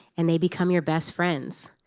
and they become your best friends.